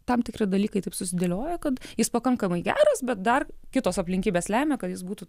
tam tikri dalykai taip susidėlioja kad jis pakankamai geras bet dar kitos aplinkybės lemia kad jis būtų